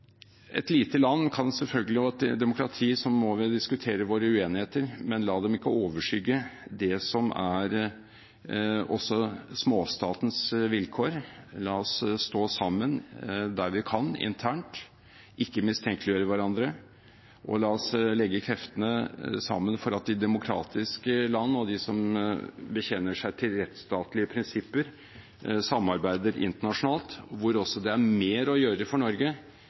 et lite land og i et demokrati må vi selvfølgelig diskutere våre uenigheter, men la dem ikke overskygge det som er småstatens vilkår. La oss stå sammen der vi kan, internt, og ikke mistenkeliggjøre hverandre. La oss legge kreftene sammen for at de demokratiske land og de som bekjenner seg til rettsstatlige prinsipper, samarbeider internasjonalt, hvor det også er mer å gjøre for Norge,